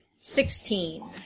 sixteen